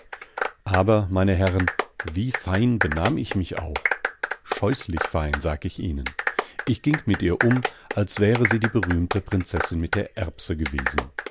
aber meine herren wie fein benahm ich mich auch scheußlich fein sag ich ihnen ich ging mit ihr um als wäre sie die berühmte prinzessin mit der erbse gewesen